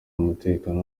mutekano